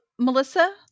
Melissa